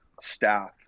staff